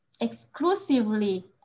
exclusively